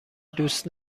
دوست